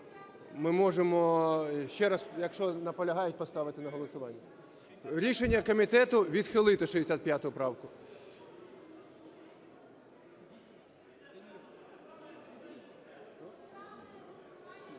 ми можемо ще раз, якщо наполягають, поставити на голосування. Рішення комітету - відхилити 65 правку.